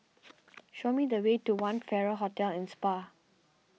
show me the way to one Farrer Hotel and Spa